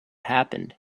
happened